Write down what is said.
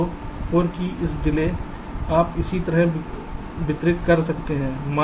तो 4 की इस डिले आप इसी तरह वितरित कर सकते हैं